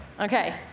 Okay